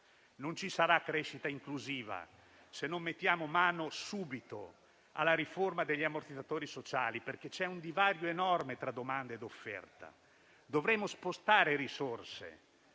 Non ci sarà crescita inclusiva se non mettiamo mano subito alla riforma degli ammortizzatori sociali, perché c'è un divario enorme tra domanda e offerta. Dovremo spostare risorse